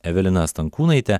evelina stankūnaitė